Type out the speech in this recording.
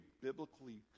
biblically